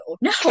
no